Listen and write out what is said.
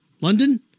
London